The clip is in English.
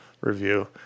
review